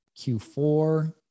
Q4